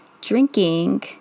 drinking